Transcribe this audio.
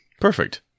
Perfect